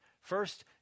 First